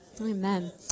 amen